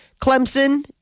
Clemson